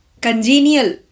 Congenial